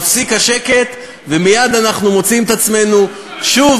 נפסק השקט ומייד אנחנו מוצאים את עצמנו שוב